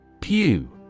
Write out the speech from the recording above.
Pew